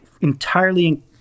entirely